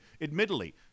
admittedly